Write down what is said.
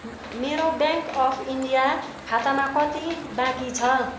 मेरो bank of India खातामा कति बाँकी छ